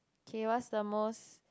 K what's the most